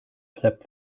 flap